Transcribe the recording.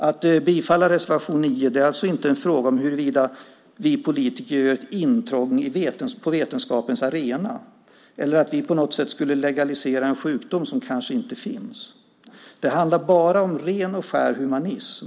Att bifalla reservation 9 är alltså inte en fråga om huruvida vi politiker gör intrång på vetenskapens arena eller att vi på något sätt skulle legalisera en sjukdom som kanske inte finns. Det handlar om ren och skär humanism.